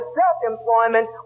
self-employment